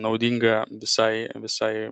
naudinga visai visai